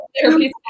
therapy